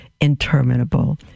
interminable